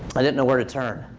i didn't know where to turn.